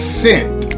sent